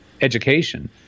education